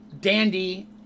Dandy